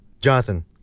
Jonathan